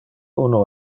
uno